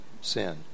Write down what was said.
sin